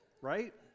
Right